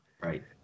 Right